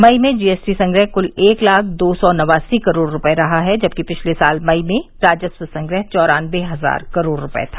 मई में जीएसटी संग्रह कुल एक लाख दो सौ नवासी करोड़ रूपये रहा है जबकि पिछले साल मई में यह राजस्व संग्रह चौरान्नबे हजार करोड़ रुपये था